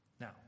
Now